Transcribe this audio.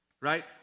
right